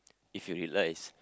if you realise